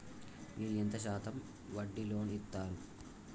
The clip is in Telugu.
మీరు ఎంత శాతం వడ్డీ లోన్ ఇత్తరు?